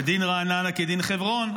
-- ודין רעננה כדין חברון.